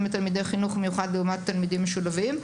לתלמידי חינוך מיוחד לעומת תלמידים משולבים.